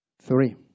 Three